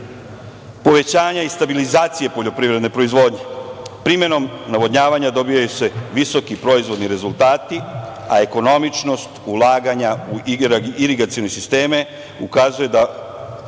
povećanja i stabilizacije poljoprivredne proizvodnje. Primenom navodnjavanja dobijaju se visoki proizvodni rezultati, a ekonomičnost ulaganja u irigacione sisteme ukazuje da